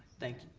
thank